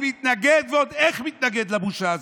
אני מתנגד, ועוד איך מתנגד, לבושה הזאת.